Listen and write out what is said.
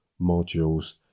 modules